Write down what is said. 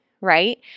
right